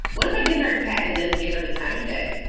what if i get her cat? and it doesn't give her the time of day.